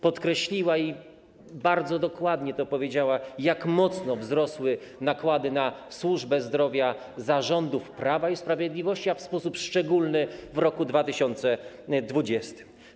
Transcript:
Podkreśliła i bardzo dokładnie to powiedziała, jak mocno wzrosły nakłady na służbę zdrowia za rządów Prawa i Sprawiedliwości, a w sposób szczególny w roku 2020.